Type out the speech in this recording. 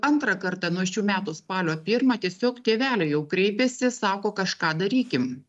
antrą kartą nuo šių metų spalio pirmą tiesiog tėveliai jau kreipėsi sako kažką darykim